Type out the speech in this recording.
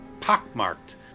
pockmarked